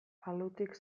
alutik